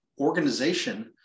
organization